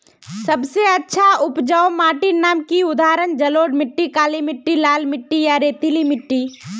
सबसे अच्छा उपजाऊ माटिर नाम की उदाहरण जलोढ़ मिट्टी, काली मिटटी, लाल मिटटी या रेतीला मिट्टी?